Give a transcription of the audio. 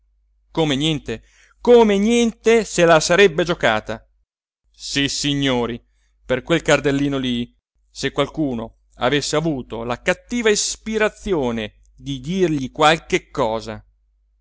come niente come niente se la sarebbe giocata sissignori per quel cardellino lì se qualcuno avesse avuto la cattiva ispirazione di dirgli qualche cosa